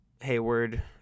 Hayward